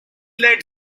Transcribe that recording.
led